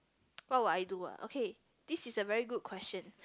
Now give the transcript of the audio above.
what would I do ah okay this is a very good question